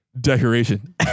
decoration